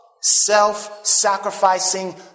self-sacrificing